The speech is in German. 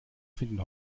finden